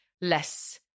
less